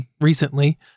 recently